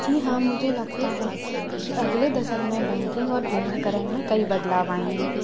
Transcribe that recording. जी हाँ मुजे लगता है कि अगले दशक में बैंकिंग और बीमाकरण में कई बदलाव आएंगे